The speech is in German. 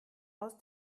aus